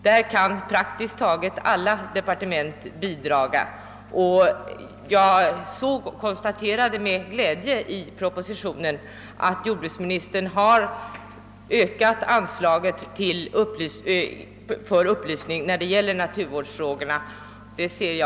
Jag konstaterade med glädje att jordbruksministern i propositionen också har ökat anslaget för upplysning när det gäller naturvårdsfrågorna.